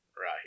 right